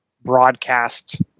broadcast